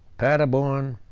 paderborn,